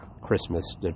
Christmas